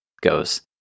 goes